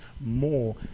more